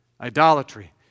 idolatry